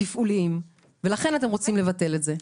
ותפעוליים", ולכן אתם רוצים לבטל את זה.